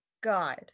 God